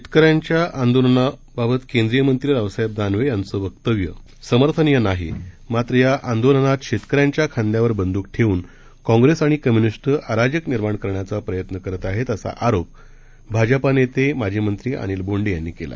शेतकऱ्यांच्या आंदोलनाबाबत केंद्रीय मंत्री रावसाहेब दानवे यांचं वक्तव्य समर्थनीय नाही मात्र या आंदोलनात शेतकऱ्यांच्या खांद्यावर बंद्क ठेऊन काँग्रेस आणि कम्य्निस्ट अराजक निर्माण करण्याचा प्रयत्न करताहेत असा आरोप भाजपा नेते माजी मंत्री अनिल बोंडे यांनी केला